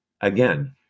again